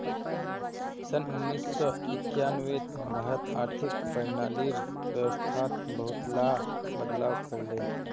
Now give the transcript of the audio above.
सन उन्नीस सौ एक्यानवेत भारत आर्थिक प्रणालीर व्यवस्थात बहुतला बदलाव कर ले